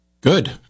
Good